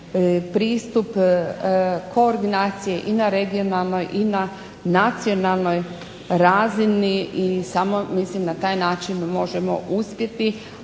pristup koordinacije i na regionalnom i na nacionalnoj razini i samo mislim na taj način možemo uspjeti.